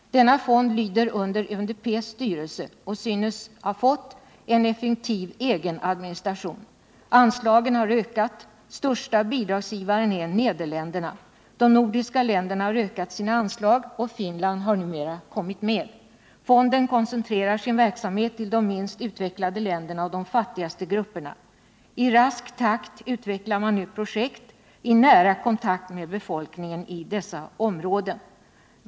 Denna fond lyder under UNDP:s styrelse — och synes ha fått en effektiv egen administration. Anslagen har ökat. Största bidragsgivaren är Nederländerna. De nordiska länderna har ökat sina anslag, och Finland har numera kommit med. Fonden koncentrerar sin verksamhet till de minst utvecklade länderna och de fattigaste grupperna. I rask takt utvecklar man nu projekt i nära kontakt med befolkningen i dessa områden.